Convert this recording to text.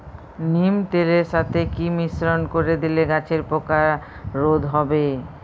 নিম তেলের সাথে কি মিশ্রণ করে দিলে গাছের পোকা রোধ হবে?